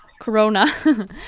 Corona